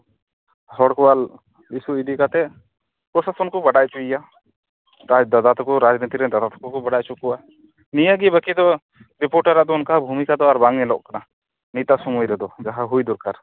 ᱦᱚᱲ ᱠᱚᱣᱟᱜ ᱫᱤᱥᱟᱹ ᱤᱫᱤᱠᱟᱛᱮ ᱯᱨᱚᱥᱟᱥᱚᱱ ᱠᱚ ᱵᱟᱰᱟᱭ ᱦᱚᱪᱚᱭᱮᱭᱟ ᱟᱟᱡ ᱫᱟᱫᱟ ᱛᱟᱠᱚ ᱨᱟᱡᱱᱤᱛᱤ ᱨᱮᱱ ᱫᱟᱫᱟ ᱛᱟᱠᱚ ᱠᱚ ᱵᱟᱲᱟᱭ ᱦᱚᱪᱚ ᱠᱚᱣᱟ ᱱᱤᱭᱟᱹ ᱜᱮ ᱟᱫ ᱵᱟᱠᱤ ᱫᱚ ᱨᱤᱯᱳᱴᱟᱨᱟᱜ ᱫᱚ ᱟᱨ ᱚᱝᱠᱟ ᱵᱷᱩᱢᱤᱠᱟ ᱫᱚ ᱵᱟᱝ ᱧᱮᱞᱚᱜ ᱠᱟᱱᱟ ᱱᱤᱛᱟᱜ ᱥᱚᱢᱚᱭ ᱨᱮᱫᱚ ᱡᱟᱦᱟ ᱦᱩᱭ ᱫᱚᱨᱠᱟᱨ